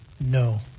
No